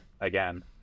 again